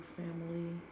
family